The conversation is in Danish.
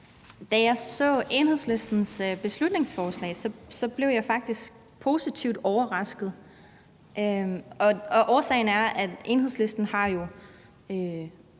Da jeg så Enhedslistens beslutningsforslag, blev jeg faktisk positivt overrasket, og årsagen er, at Enhedslisten jo